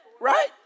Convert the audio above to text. Right